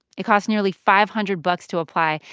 it costs nearly five hundred bucks to apply,